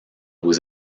was